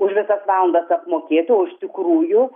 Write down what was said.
už visas valandas apmokėti o iš tikrųjų